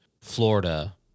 Florida